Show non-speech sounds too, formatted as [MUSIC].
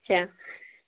[UNINTELLIGIBLE]